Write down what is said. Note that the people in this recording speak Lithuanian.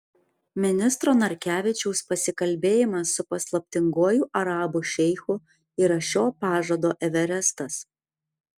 ministro narkevičiaus pasikalbėjimas su paslaptinguoju arabų šeichu yra šio pažado everestas